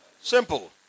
Simple